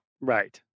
right